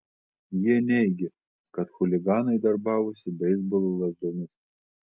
jie neigė kad chuliganai darbavosi beisbolo lazdomis